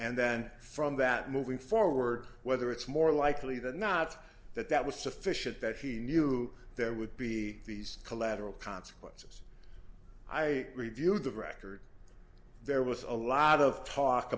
and then from that moving forward whether it's more likely than not that that was sufficient that he knew there would be these collateral consequences i reviewed the record there was a lot of talk